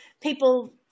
people